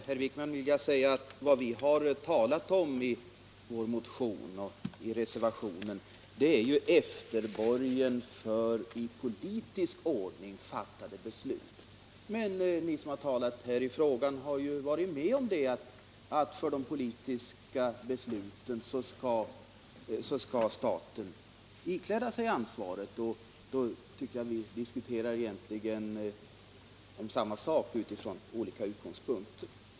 Herr talman! Jag vill säga till herr Wijkman att det vi har talat om i vår motion och i reservationen är efterborgen för i politisk ordning fattade beslut. Och ni som här har talat i frågan har tidigare varit med om att staten skall ikläda sig ansvaret för de politiska besluten. Därför tycker jag att vi egentligen diskuterar om samma sak utifrån olika utgångspunkter.